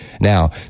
Now